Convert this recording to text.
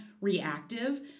reactive